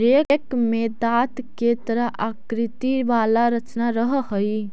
rake में दाँत के तरह आकृति वाला रचना रहऽ हई